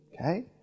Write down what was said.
Okay